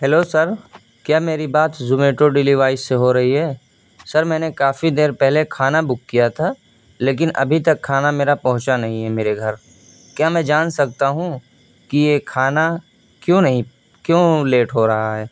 hello sir کیا میری بات زومیٹو ڈیلی وائس سے ہو رہی ہے سر میں نے کافی دیر پہلے کھانا بک کیا تھا لیکن ابھی تک کھانا میرا پہنچا نہیں ہے میرے گھر کیا میں جان سکتا ہوں کہ یہ کھانا کیوں نہیں کیوں لیٹ ہو رہا ہے